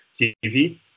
TV